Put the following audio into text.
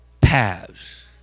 paths